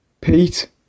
Pete